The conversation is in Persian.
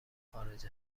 خارج